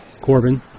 Corbin